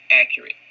accurate